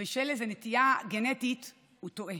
בשל איזו נטייה גנטית, הוא טועה.